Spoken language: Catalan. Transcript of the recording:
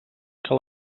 que